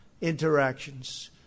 interactions